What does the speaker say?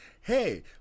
hey